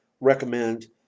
recommend